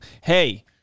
hey